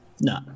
No